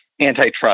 antitrust